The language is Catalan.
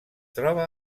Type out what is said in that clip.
troba